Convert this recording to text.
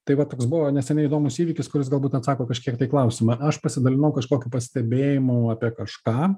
tai va toks buvo neseniai įdomus įvykis kuris galbūt atsako kažkiek tai į klausimą aš pasidalinau kažkokiu pastebėjimu apie kažką